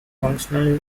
functionally